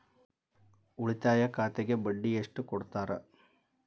ಉಳಿತಾಯ ಖಾತೆಗೆ ಬಡ್ಡಿ ಎಷ್ಟು ಕೊಡ್ತಾರ?